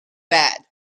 bad